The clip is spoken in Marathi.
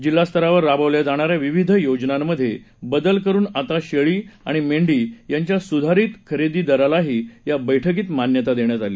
जिल्हास्तरावर राबवल्या जाणाऱ्या विविध योजनांमध्ये बदल करून आता शेळी आणि मेंढी यांच्या सुधारित खरेदी दरालाही या बैठकीत मान्यता देण्यात आली